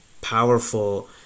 powerful